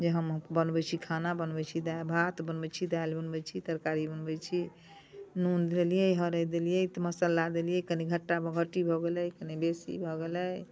जे हम बनबै छी खाना बनबै छी भात बनबै छी दालि बनबै छी तरकारी बनबै छी नून देलियै हरैद देलियै मसल्ला देलियै कनि घट्टा मे घट्टी भऽ गेलै कनि बेसी भऽ गेलै